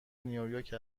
نیویورک